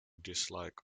dislike